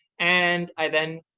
and i then